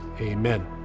Amen